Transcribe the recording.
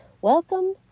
Welcome